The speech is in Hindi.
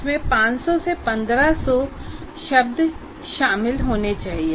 इसमें 500 से 1500 शब्द शामिल होने चाहिए